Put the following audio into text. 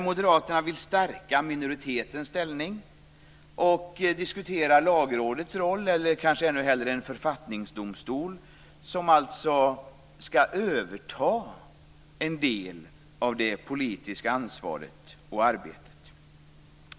Moderaterna vill stärka minoritetens ställning och diskuterar Lagrådets roll eller kanske ännu hellre en författningsdomstol som skall överta en del av det politiska ansvaret och arbetet.